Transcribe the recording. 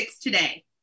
today